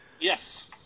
Yes